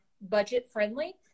budget-friendly